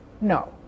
No